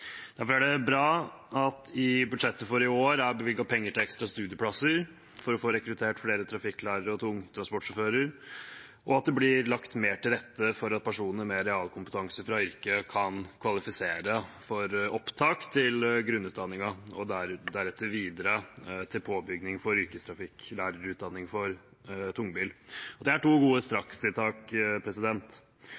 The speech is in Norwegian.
Derfor er det bra at det i budsjettet for i år er bevilget penger til ekstra studieplasser for å få rekruttert flere trafikklærere og tungtransportsjåfører, og at det blir lagt mer til rette for at personer med realkompetanse fra yrket kan kvalifisere for opptak til grunnutdanningen og deretter videre til påbygning for yrkestrafikklærerutdanning for tungbil. Det er to gode